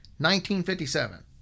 1957